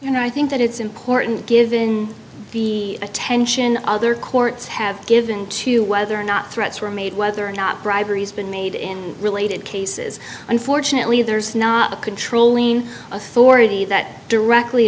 know i think that it's important given the attention other courts have given to whether or not threats were made whether or not briberies been made in related cases unfortunately there's not a controlling authority that directly